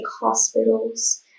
hospitals